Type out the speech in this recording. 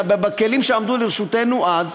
בכלים שעמדו לרשותנו אז,